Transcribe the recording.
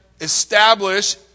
establish